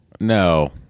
No